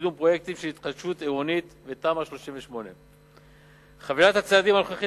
קידום פרויקטים של התחדשות עירונית בתמ"א 38. חבילת הצעדים הנוכחית